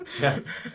yes